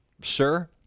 Sir